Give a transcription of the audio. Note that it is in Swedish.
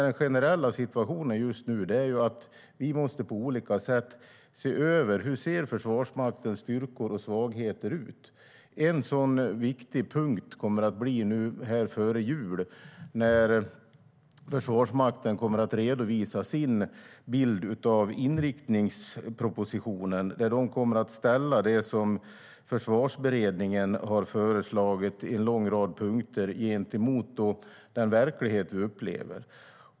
Den generella situationen just nu är att vi på olika sätt måste se över hur Försvarsmaktens styrkor och svagheter ser ut. En sådan viktig punkt blir före jul när Försvarsmakten kommer att redovisa sin bild av inriktningspropositionen, där de kommer att ställa det som Försvarsberedningen har föreslagit på en lång rad punkter gentemot den verklighet vi upplever.